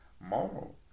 moral